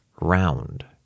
round